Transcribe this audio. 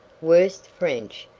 worse french,